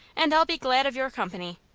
and i'll be glad of your company.